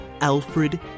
Alfred